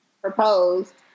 Proposed